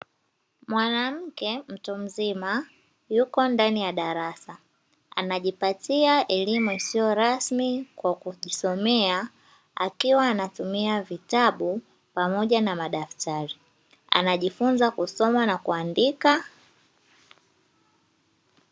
Mwanamke mtu mzima, yuko ndani ya darasa anajipatia elimu isiyo rasmi kwa kujisomea, akiwa anatumia vitabu pamoja na madaftali, anajifunza kusoma na kuandika.